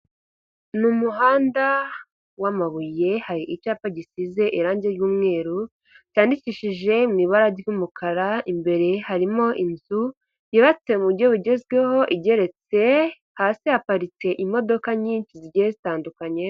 Ni umuhanda w'amabuye hari icyapa gisize irangi ry'umweru cyandikishije mu ibara ry'umukara, imbere harimo inzu yubatse mu buryo bugezweho igeretse, hasi haparitse imodoka nyinshi zigenda zitandukanye.